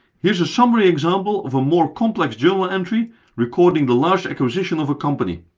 here's a summary example of a more complex journal entry recording the large acquisition of a company.